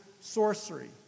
sorcery